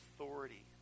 authority